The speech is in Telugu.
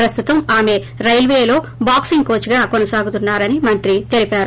ప్రస్తుతం ఆమె రైల్వేలో బాక్పింగ్ కోచ్ గా కొనసాగుతున్నా రని మంత్రి తెలిపారు